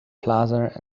plaza